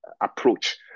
approach